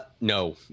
no